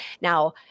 Now